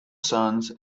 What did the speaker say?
sons